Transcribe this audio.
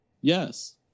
Yes